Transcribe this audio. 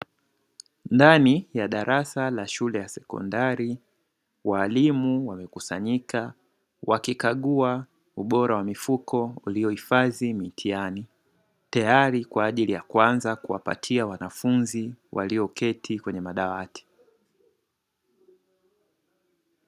Ndani ya darasa la shule ya sekondari walimu wamekusanyika, wakikagua ubora wa mifuko uliohifadhi mitihani tayari kwa ajili ya kuanza kuwapatia wanafunzi walioketi kwenye madawati.